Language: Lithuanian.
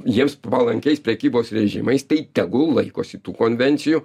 jiems palankiais prekybos režimais tai tegul laikosi tų konvencijų